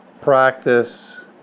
practice